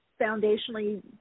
foundationally